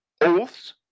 oaths